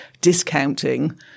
discounting